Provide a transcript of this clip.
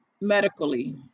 medically